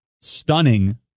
stunning